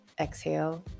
exhale